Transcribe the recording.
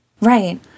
Right